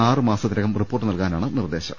ആറ് മാസത്തിനകം റിപ്പോർട്ട് നൽകാനാണ് നിർദേശം